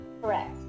Correct